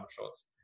shots